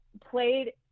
played